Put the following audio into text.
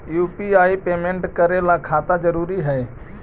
UPI payment करे ला खाता जरूरी है?